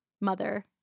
mother